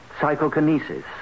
psychokinesis